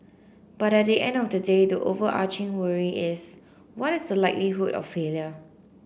but at the end of the day the overarching worry is what is the likelihood of failure